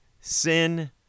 sin